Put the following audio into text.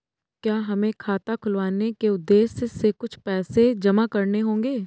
क्या हमें खाता खुलवाने के उद्देश्य से कुछ पैसे जमा करने होंगे?